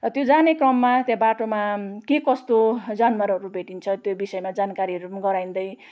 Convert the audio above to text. त्यो जाने क्रममा त्यहाँ बाटोमा के कस्तो जनावरहरू भेटिन्छ त्यो विषयमा जानकारीहरू पनि गराइदिँदै अनि